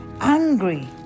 Angry